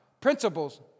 Principles